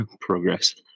progress